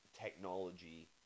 technology